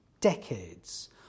decades